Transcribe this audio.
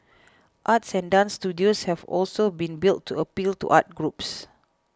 arts and dance studios have also been built to appeal to arts groups